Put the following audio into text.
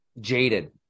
jaded